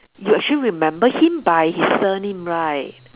you actually remember him by his surname right